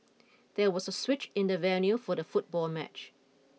there was a switch in the venue for the football match